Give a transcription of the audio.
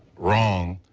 wrong,